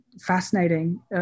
fascinating